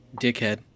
dickhead